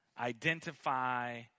identify